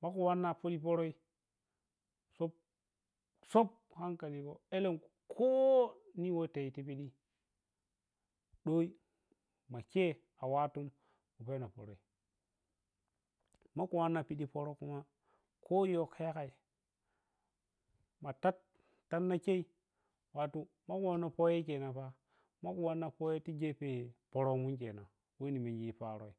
Maku wanna pidi poroi sop sop hankali go elen koni watiyun tipidii dei ma chei kawattun ku poro kuma koyow ka yagai ma tadna chei wattu makun wanna goye kenanta, maku toye ti gefe poro mu kenan weni menji paaro,